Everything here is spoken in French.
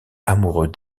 amoureux